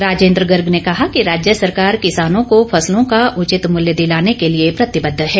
राजेंद्र गर्ग ने कहा कि राज्य सरकार किसानों को फसलों का उथित मुल्य दिलाने को लिए प्रतिबद्ध है